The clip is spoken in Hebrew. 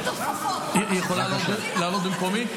עם תוספות --- היא יכולה לעלות במקומי?